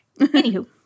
Anywho